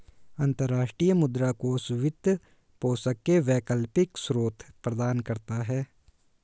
अंतर्राष्ट्रीय मुद्रा कोष वित्त पोषण के वैकल्पिक स्रोत प्रदान करता है